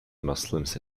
muslims